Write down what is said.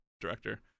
director